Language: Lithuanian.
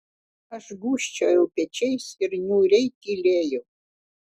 aš gūžčiojau pečiais ir niūriai tylėjau